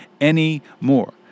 anymore